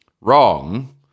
wrong